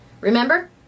Remember